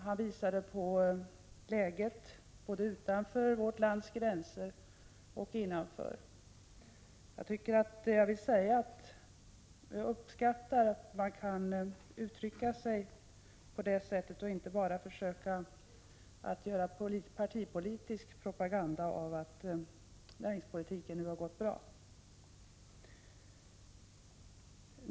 Han visade på läget både utanför vårt lands gränser och innanför. Jag uppskattar att han uttryckte sig på det sättet och inte bara försökte göra partipolitisk propaganda av att näringspolitiken nu har gått bra.